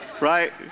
right